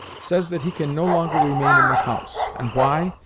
says that he can no longer remain in the house. and why?